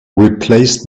replace